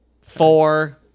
Four